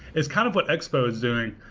is kind of what expo is doing.